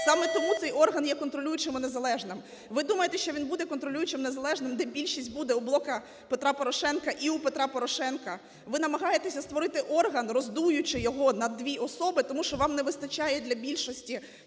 Саме тому цей орган є контролюючим і незалежним. Ви думаєте, що він буде контролюючим, незалежним, де більшість буде у "Блока Петра Порошенка" і у Петра Порошенка? Ви намагаєтесь створити орган, роздуючи його на дві особи, тому вам не вистачає для більшості